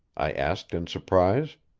i asked in surprise.